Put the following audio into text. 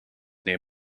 near